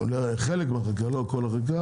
אולי חלק מהחקיקה לא כל החקיקה,